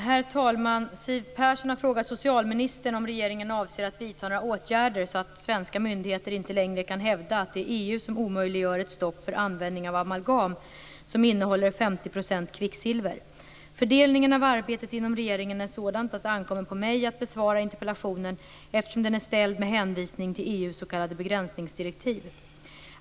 Herr talman! Siw Persson har frågat socialministern om regeringen avser att vidta några åtgärder så att svenska myndigheter inte längre kan hävda att det är EU som omöjliggör ett stopp för användning av amalgam som innehåller 50 % kvicksilver. Fördelningen av arbetet inom regeringen är sådan att det ankommer på mig att besvara interpellationen, eftersom den är ställd med hänvisning till EU:s s.k. begränsningsdirektiv.